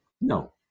No